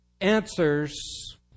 answers